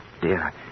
dear